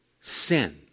sin